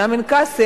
חינם אין כסף,